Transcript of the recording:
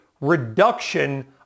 reduction